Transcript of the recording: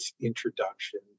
introduction